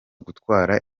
gutwara